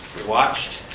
watched,